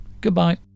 Goodbye